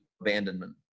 abandonment